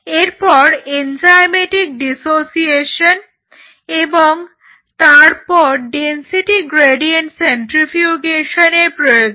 এরপর enzymatic dissociation এবং তারপর ডেনসিটি গ্রেডিয়েন্ট সেন্ট্রিফিউগেশনের প্রয়োজন